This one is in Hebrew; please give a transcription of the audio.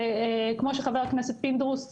וכמו שחבר הכנסת פינדרוס ציין,